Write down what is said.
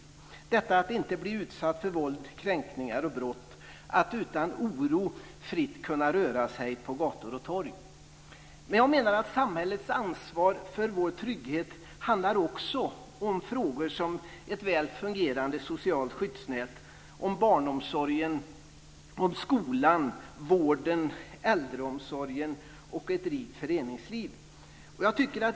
Det handlar om att inte bli utsatt för våld, kränkningar och brott och att utan oro fritt kunna röra sig på gator och torg. Jag menar att samhällets ansvar för vår trygghet också handlar om frågor som ett väl fungerande socialt skyddsnät, barnomsorgen, skolan, vården, äldreomsorgen och ett rikt föreningsliv.